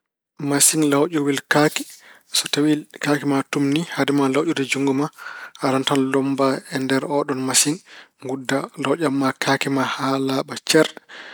Masiŋ lawƴowel kaake, so tawi kaake ma tuumni, hade ma lawƴirde juutngo ma. Aran tan lommba e nder ooɗoon masiŋ, ngudda, lawƴan ma kaake ma haa laaɓa cer.